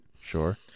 Sure